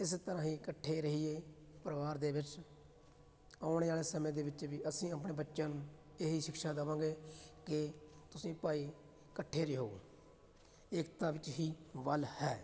ਇਸ ਤਰ੍ਹਾਂ ਹੀ ਇਕੱਠੇ ਰਹੀਏ ਪਰਿਵਾਰ ਦੇ ਵਿੱਚ ਆਉਣ ਵਾਲੇ ਸਮੇਂ ਦੇ ਵਿੱਚ ਵੀ ਅਸੀਂ ਆਪਣੇ ਬੱਚਿਆਂ ਨੂੰ ਇਹੀ ਸ਼ਿਕਸ਼ਾ ਦੇਵਾਂਗੇ ਕਿ ਤੁਸੀਂ ਭਾਈ ਇਕੱਠੇ ਰਿਹੋ ਏਕਤਾ ਵਿੱਚ ਹੀ ਬਲ ਹੈ